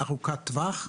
ארוכת טווח.